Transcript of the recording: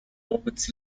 moments